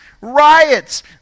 riots